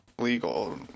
legal